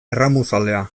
erramuzalea